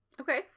Okay